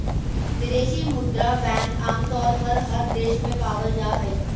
विदेशी मुद्रा बैंक आमतौर पर हर देश में पावल जा हय